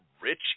Rich